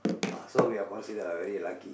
ah so we are considered a very lucky